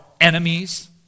enemies